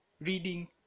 reading